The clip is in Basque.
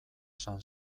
san